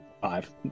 Five